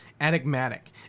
enigmatic